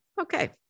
okay